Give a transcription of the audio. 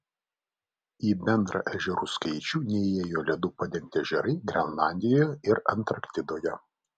į bendrą ežerų skaičių neįėjo ledu padengti ežerai grenlandijoje ir antarktidoje